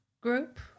group